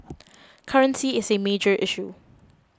currency is a major issue